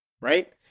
Right